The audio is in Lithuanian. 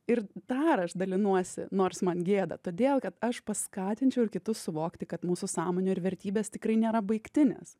ir dar aš dalinuosi nors man gėda todėl kad aš paskatinčiau ir kitus suvokti kad mūsų sąmonė ir vertybės tikrai nėra baigtinės